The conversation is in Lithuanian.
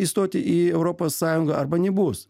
įstoti į europos sąjungą arba nebus